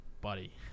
Buddy